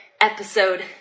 episode